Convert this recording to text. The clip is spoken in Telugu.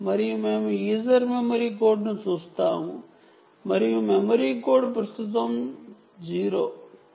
మరియు మేము యూజర్ మెమరీ కోడ్ను చూస్తాము మరియు మెమరీ కోడ్ ప్రస్తుతం 0